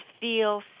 feel